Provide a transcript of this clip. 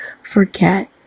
forget